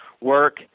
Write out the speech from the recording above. work